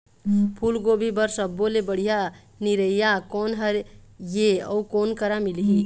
फूलगोभी बर सब्बो ले बढ़िया निरैया कोन हर ये अउ कोन करा मिलही?